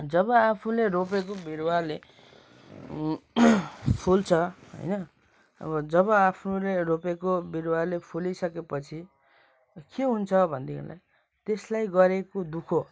जब आफूले रोपेको बिरुवाले फुल्छ होइन अब जब आफूले रोपेको बिरुवाले फुलिसकेपछि के हुन्छ भनेदेखिलाई त्यसलाई गरेको दुःख